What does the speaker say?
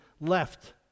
left